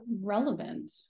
relevant